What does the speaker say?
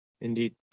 Indeed